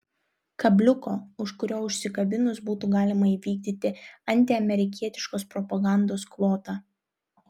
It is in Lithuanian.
kabliuko už kurio užsikabinus būtų galima įvykdyti antiamerikietiškos propagandos kvotą